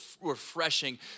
refreshing